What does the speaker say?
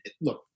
Look